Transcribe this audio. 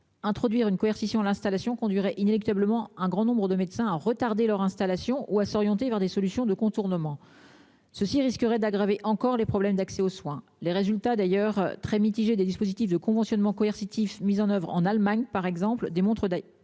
Introduire une coercition l'installation conduirait inéluctablement un grand nombre de médecins a retardé leur installation ou à s'orienter vers des solutions de contournement. Ceux-ci risqueraient d'aggraver encore les problèmes d'accès aux soins. Les résultats d'ailleurs très mitigé des dispositifs de conventionnement coercitif mise en oeuvre en Allemagne par exemple démontre. Bien les